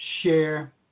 share